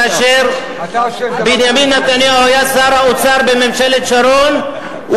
כאשר בנימין נתניהו היה שר האוצר בממשלת שרון,